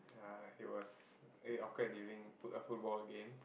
uh it was it occurred during foot~ a football game